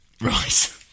Right